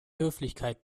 höflichkeit